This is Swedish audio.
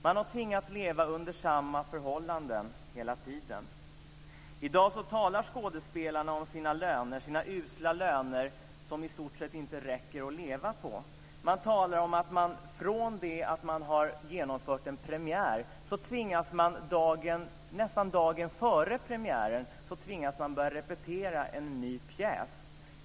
De har tvingats leva under samma förhållanden hela tiden. I dag talar skådespelarna om sina usla löner som i stort sett inte räcker att leva på. De talar om att de nästan dagen före en premiär tvingas börja repetera en ny pjäs.